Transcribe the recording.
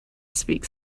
speaks